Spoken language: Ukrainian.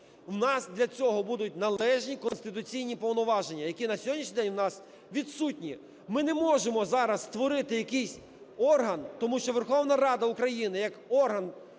у нас для цього будуть належні конституційні повноваження, які на сьогоднішній день в нас відсутні. Ми не можемо зараз створити якийсь орган, тому що Верховна Рада України як орган